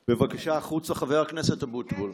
בבקשה, החוצה, חבר הכנסת אבוטבול.